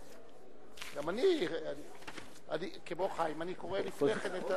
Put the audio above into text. גם אני, כמו חיים, אני קורא לפני כן.